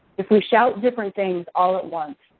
if we shout different things all at once,